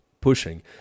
pushing